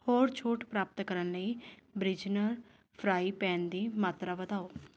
ਹੋਰ ਛੋਟ ਪ੍ਰਾਪਤ ਕਰਨ ਲਈ ਬਰਿਜਨਰ ਫਰਾਈ ਪੈਨ ਦੀ ਮਾਤਰਾ ਵਧਾਓ